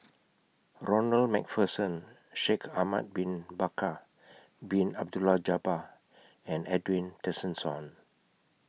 Ronald MacPherson Shaikh Ahmad Bin Bakar Bin Abdullah Jabbar and Edwin Tessensohn